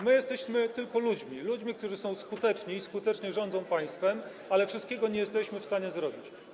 My jesteśmy tylko ludźmi, ludźmi, którzy są skuteczni i skutecznie rządzą państwem, ale którzy wszystkiego nie są w stanie zrobić.